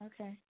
Okay